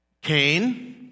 Cain